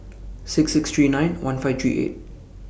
six six three nine one five three eight